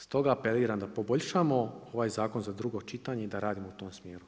Stoga apeliram da poboljšamo ovaj zakon za drugo čitanje i da radimo u tom smjeru.